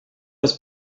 das